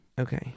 Okay